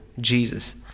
Jesus